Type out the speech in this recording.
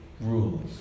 Rules